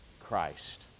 christ